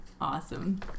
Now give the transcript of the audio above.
Awesome